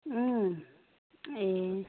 अँ ए